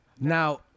Now